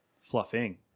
Fluffing